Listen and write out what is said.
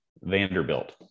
Vanderbilt